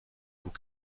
vous